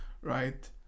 right